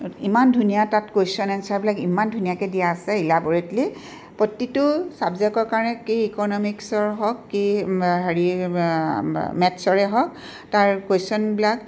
ইমান ধুনীয়া তাত কুৱেশ্যন এনছাৰবিলাক ইমান ধুনীয়াকৈ দিয়া আছে ইলাবৰেটলি প্ৰতিটো ছাবজেক্টৰ কাৰণে কি ইক'নমিকছৰ হওক কি হেৰি মেথছৰে হওক তাৰ কুৱেশ্যনবিলাক